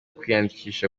kwiyandikisha